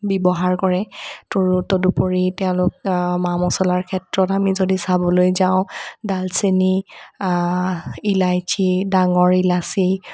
ব্যৱহাৰ কৰে তৰু তদুপৰি তেওঁলোক মা মচলাৰ ক্ষেত্ৰত আমি যদি চাবলৈ যাওঁ ডালচেনী ইলাইচী ডাঙৰ ইলাচী